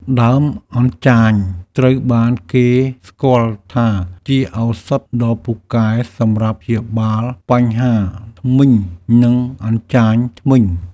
ដើមអញ្ចាញត្រូវបានគេស្គាល់ថាជាឱសថដ៏ពូកែសម្រាប់ព្យាបាលបញ្ហាធ្មេញ និងអញ្ចាញធ្មេញ។